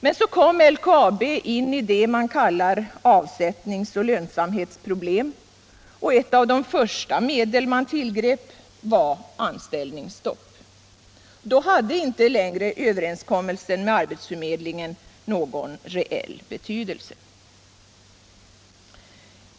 Men så fick LKAB vad man kallar avsättningsoch lönsamhetsproblem, och ett av de första medel man tillgrep var anställningsstopp. Då hade inte längre överenskommelsen med arbetsförmedlingen någon reell betydelse.